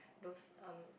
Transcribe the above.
those um